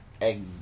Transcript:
egg